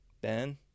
Ben